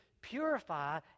purify